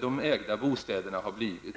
de ägda bostäderna har blivit.